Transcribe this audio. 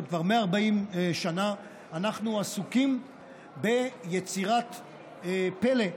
כבר 140 שנה אנחנו עסוקים ביצירת פלא,